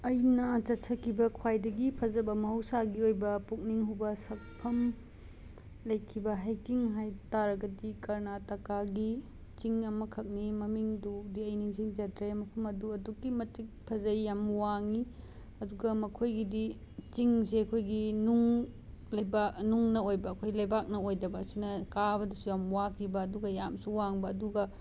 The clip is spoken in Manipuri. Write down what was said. ꯑꯩꯅ ꯆꯠꯆꯈꯤꯕ ꯈ꯭ꯋꯥꯏꯗꯒꯤ ꯐꯖꯕ ꯃꯍꯧꯁꯥꯒꯤ ꯑꯣꯏꯕ ꯄꯨꯛꯅꯤꯡ ꯍꯨꯕ ꯁꯛꯐꯝ ꯂꯩꯈꯤꯕ ꯍꯩꯀꯤꯡ ꯍꯥꯏ ꯇꯔꯒꯗꯤ ꯀꯔꯅꯥꯇꯀꯥꯒꯤ ꯆꯤꯡ ꯑꯃꯈꯛꯅꯤ ꯃꯃꯤꯡꯗꯨꯗꯤ ꯑꯩ ꯅꯤꯡꯁꯤꯡꯖꯗ꯭ꯔꯦ ꯃꯐꯝ ꯑꯗꯨ ꯑꯗꯨꯛꯀꯤ ꯃꯇꯤꯛ ꯐꯖꯩ ꯌꯥꯝꯅ ꯋꯥꯡꯉꯤ ꯑꯗꯨꯒ ꯃꯈꯣꯏꯒꯤꯗꯤ ꯆꯤꯡꯁꯦ ꯑꯩꯈꯣꯏꯒꯤ ꯅꯨꯡ ꯂꯩꯕꯥꯛ ꯅꯨꯡꯅ ꯑꯣꯏꯕ ꯑꯩꯈꯣꯏ ꯂꯩꯕꯥꯛꯅ ꯑꯣꯏꯗꯕ ꯑꯁꯤꯅ ꯀꯥꯕꯗꯁꯨ ꯌꯥꯝꯅ ꯋꯥꯈꯤꯕ ꯑꯗꯨꯒ ꯌꯥꯝꯅꯁꯨ ꯋꯥꯡꯕ ꯑꯗꯨꯒ